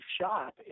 shop